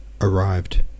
arrived